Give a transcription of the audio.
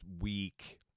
week